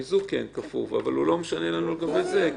המיזוג, כן, כפוף, אבל הוא לא משנה לנו לגבי זה.